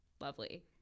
lovely